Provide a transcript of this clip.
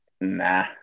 nah